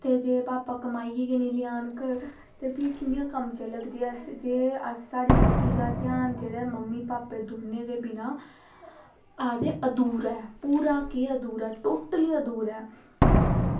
ते जे भापा कमाइयै बी निं लेई आन ते कियां कम्म चलग जे अस साढ़ी रुट्टी दा ध्यान जेह्ड़ा मम्मी भापै दे बिना आक्खदे अधूरा ऐ पूरा केह् अधूरा टोटली अधूरा ऐ